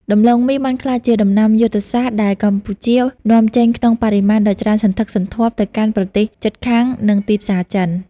ដំឡូងមីបានក្លាយជាដំណាំយុទ្ធសាស្ត្រដែលកម្ពុជានាំចេញក្នុងបរិមាណដ៏ច្រើនសន្ធឹកសន្ធាប់ទៅកាន់ប្រទេសជិតខាង និងទីផ្សារចិន។